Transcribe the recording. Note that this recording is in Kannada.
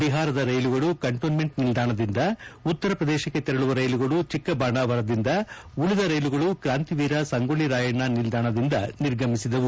ಬಿಹಾರದ ರೈಲುಗಳು ಕಂಟೋನ್ಮೆಂಟ್ ನಿಲ್ದಾಣದಿಂದ ಉತ್ತರ ಪ್ರದೇಶಕ್ಕೆ ತೆರಳುವ ರೈಲುಗಳು ಚಿಕ್ಕಬಾಣಾವರದಿಂದ ಉಳಿದ ರೈಲುಗಳು ಕ್ರಾಂತಿವೀರ ಸಂಗೊಳ್ಳಿ ರಾಯಣ್ಣ ನಿಲ್ದಾಣದಿಂದ ನಿರ್ಗಮಿಸಿದವು